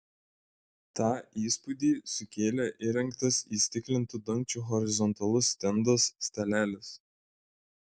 tą įspūdį sukėlė įrengtas įstiklintu dangčiu horizontalus stendas stalelis